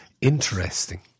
interesting